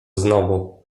znowu